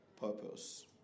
purpose